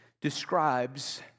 describes